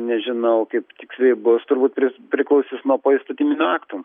nežinau kaip tiksliai bus turbūt pri priklausis nuo poįstatyminių aktų